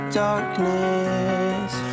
darkness